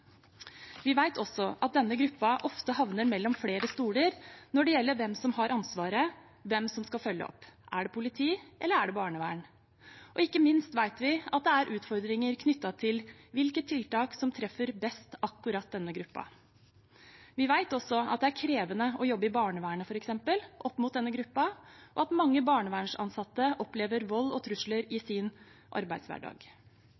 Vi vet også at denne gruppen ofte havner mellom flere stoler når det gjelder hvem som har ansvaret og hvem som skal følge opp. Er det politi, eller er det barnevern? Ikke minst vet vi at det er utfordringer knyttet til hvilke tiltak som treffer best akkurat denne gruppen. Vi vet også at det er krevende å jobbe i barnevernet – f.eks. – opp mot denne gruppen, og at mange barnevernsansatte opplever vold og trusler